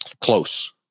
Close